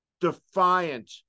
defiant